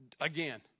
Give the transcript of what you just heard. Again